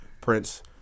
Prince